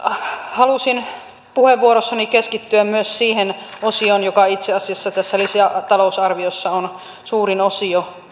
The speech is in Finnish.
halusin puheenvuorossani keskittyä myös siihen osioon joka itse asiassa tässä lisätalousarviossa on suurin osio